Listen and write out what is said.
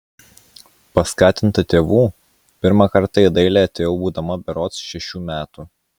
paskatinta tėvų pirmą kartą į dailę atėjau būdama berods šešių metų